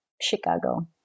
Chicago